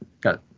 Got